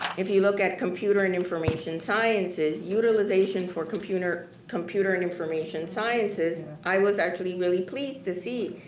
if you look at computer and information sciences, utilization for computer computer and information sciences, i was actually really pleased to see,